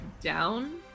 down